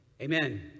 amen